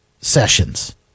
sessions